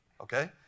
okay